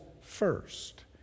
first